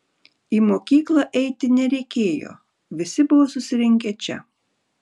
į mokyklą eiti nereikėjo visi buvo susirinkę čia